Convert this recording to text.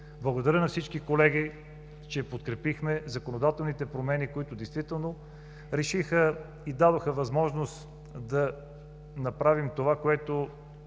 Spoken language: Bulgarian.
благодаря на всички колеги, че подкрепихме законодателните промени, които действително решиха и дадоха възможност да направим това, което